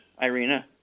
Irina